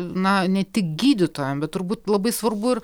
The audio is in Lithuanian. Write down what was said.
na ne tik gydytojam bet turbūt labai svarbu ir